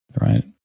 right